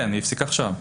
כן, היא הפסיקה עכשיו.